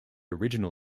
original